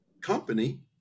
company